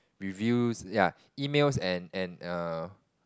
reviews ya emails and and err